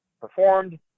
performed